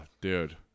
dude